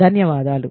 ధన్యవాదాలు